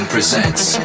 Presents